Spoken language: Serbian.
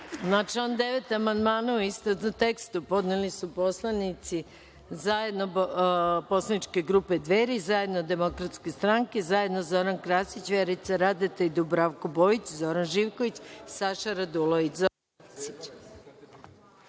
član 9. amandmane u istovetnom tekstu podneli su poslanici zajedno poslaničke grupe Dveri, zajedno DS, zajedno Zoran Krasić, Vjerica Radeta i Dubravko Bojić, Zoran Živković i Saša Radulović.